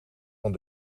van